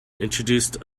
introduced